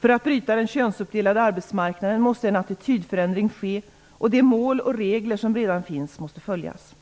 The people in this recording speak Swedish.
För att bryta den könsuppdelade arbetsmarknaden måste en attitydförändring ske och de mål och regler som redan finns måste följas.